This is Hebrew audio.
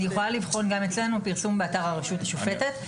אני יכולה לבחון גם אצלנו פרסום באתר הרשות השופטת.